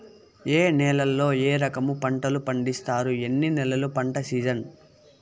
ఏ నేలల్లో ఏ రకము పంటలు పండిస్తారు, ఎన్ని నెలలు పంట సిజన్?